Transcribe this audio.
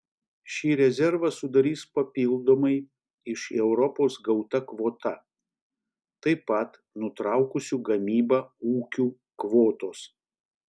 šį rezervą sudarys papildomai iš europos gauta kvota taip pat nutraukusių gamybą ūkių kvotos